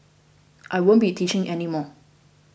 I won't be teaching any more